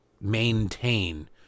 maintain